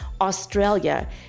Australia